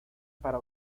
para